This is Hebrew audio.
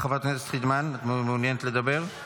חברת הכנסת אימאן, את מעוניינת לדבר?